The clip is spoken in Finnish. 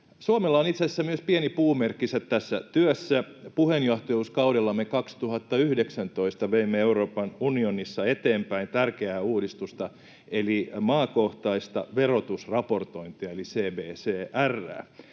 Suomella on itse asiassa myös pieni puumerkkinsä tässä työssä. Puheenjohtajuuskaudellamme 2019 veimme Euroopan unionissa eteenpäin tärkeää uudistusta: maakohtaista verotusraportointia eli CbCR:ää.